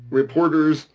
reporters